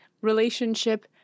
relationship